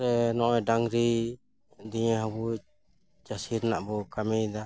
ᱥᱮ ᱱᱚᱜᱚᱭ ᱰᱟᱝᱨᱤ ᱫᱤᱭᱮ ᱦᱚᱸᱵᱚ ᱪᱟᱹᱥᱤ ᱨᱮᱱᱟᱜ ᱵᱚᱱ ᱠᱟᱹᱢᱤᱭᱮᱫᱟ